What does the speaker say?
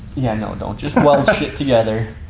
yeah, no. don't just weld shit together.